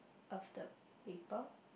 of the paper